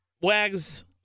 Wags